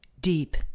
deep